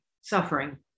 suffering